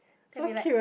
then we like